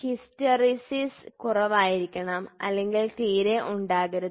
hysteresis കുറവായിരിക്കണം അല്ലെങ്കിൽ തീരെ ഉണ്ടാകരുത്